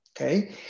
okay